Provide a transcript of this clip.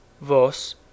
Vos